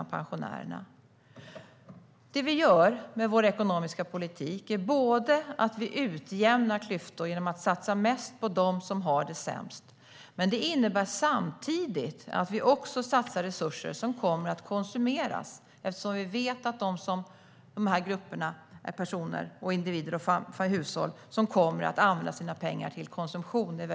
Det vi gör med vår ekonomiska politik är att utjämna klyftor genom att satsa mest på dem som har det sämst. Samtidigt bidrar dessa satsningar till jobbtillväxten, eftersom vi vet att dessa hushåll i stor utsträckning kommer att använda sina pengar till konsumtion.